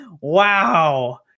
Wow